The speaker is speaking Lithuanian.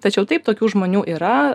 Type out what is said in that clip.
tačiau taip tokių žmonių yra